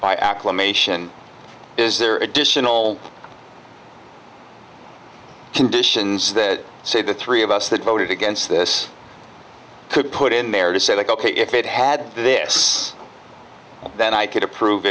by acclamation is there additional conditions that say the three of us that voted against this could put in there to say ok if it had this then i could approve